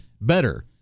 better